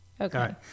Okay